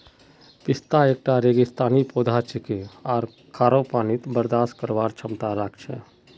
पिस्ता एकता रेगिस्तानी पौधा छिके आर खोरो पानी बर्दाश्त करवार क्षमता राख छे